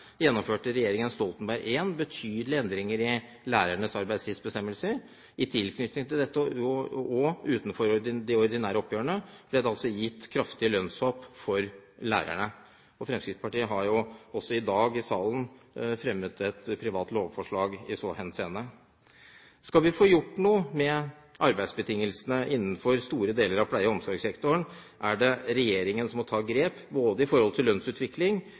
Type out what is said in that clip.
gjennomførte regjeringen Stoltenberg I betydelige endringer i lærernes arbeidstidsbestemmelser. I tilknytning til dette og utenfor de ordinære oppgjørene ble det altså gitt kraftige lønnshopp for lærerne. Fremskrittspartiet har jo også i dag i salen vært med på å fremme et forslag i så henseende. Skal vi få gjort noe med arbeidsbetingelsene innenfor store deler av pleie- og omsorgssektoren, er det regjeringen som må ta grep i forhold til